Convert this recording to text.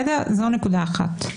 זו נקודה אחת.